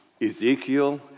Ezekiel